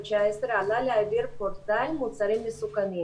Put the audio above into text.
עלה לאוויר פורטל מוצרים מסוכנים